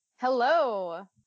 Hello